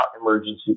emergency